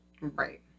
Right